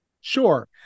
Sure